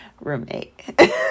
roommate